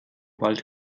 wald